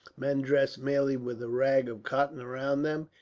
men dressed merely with a rag of cotton around them,